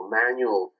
manual